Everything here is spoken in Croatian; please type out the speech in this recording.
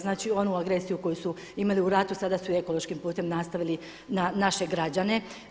Znači, onu agresiju koju su imali u ratu, sada su ekološkim putem nastavili na naše građane.